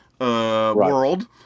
world